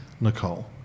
Nicole